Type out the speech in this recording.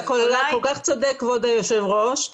אתה כל כך צודק, כבוד היושב ראש.